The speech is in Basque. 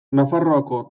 nafarroako